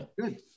Good